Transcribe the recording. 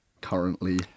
currently